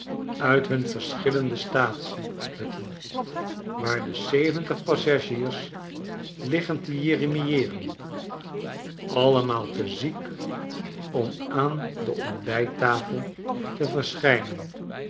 uit hun verschillende staatsie hutten waar de zeventig passagiers liggen te jeremieren altemaal te ziek om aan de ontbijttafel te verschijnen